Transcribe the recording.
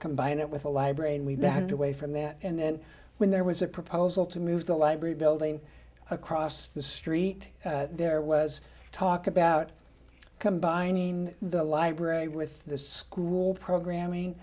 combine it with a library and we now do away from that and when there was a proposal to move the library building across the street there was talk about combining the library with the school programming